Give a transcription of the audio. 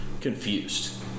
confused